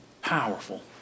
powerful